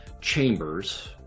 chambers